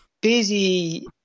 busy